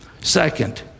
Second